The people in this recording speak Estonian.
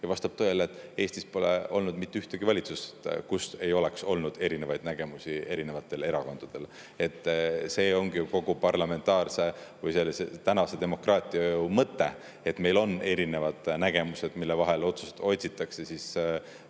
ja vastab tõele, et Eestis pole olnud mitte ühtegi valitsust, kus ei oleks olnud erakondadel erinevaid nägemusi. See ongi kogu parlamentaarse või tänase demokraatia mõte, et meil on erinevad nägemused, mille vahel otsitakse ühisosa,